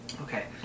Okay